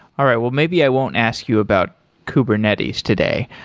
all right. well, maybe i won't ask you about kubernetes today.